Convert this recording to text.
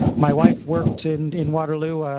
my wife worked and in waterloo,